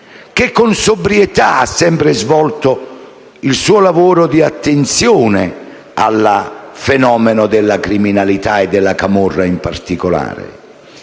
che, con sobrietà, ha sempre svolto il suo lavoro di attenzione al fenomeno della criminalità, e della camorra in particolare.